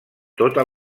tota